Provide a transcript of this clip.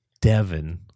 Devon